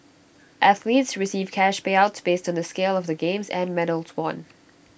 athletes receive cash payouts based on the scale of the games and medals won